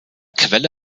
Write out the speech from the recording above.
quelle